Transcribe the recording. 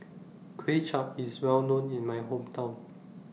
Kuay Chap IS Well known in My Hometown